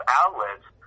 outlets